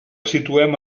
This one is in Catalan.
situem